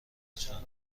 لطفا